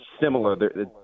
similar